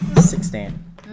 Sixteen